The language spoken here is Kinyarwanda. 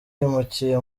yimukiye